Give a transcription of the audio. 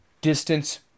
distance